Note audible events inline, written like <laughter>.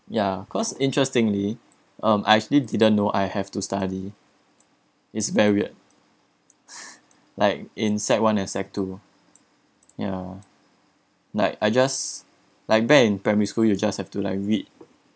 ya cause interestingly um I actually didn't know I have to study is very weird <laughs> like in sec one and sec two ya like I just like back in primary school you just have to like read